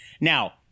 now